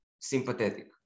Sympathetic